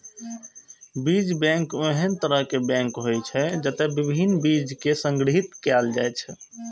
बीज बैंक ओहन तरहक बैंक होइ छै, जतय विभिन्न बीज कें संग्रहीत कैल जाइ छै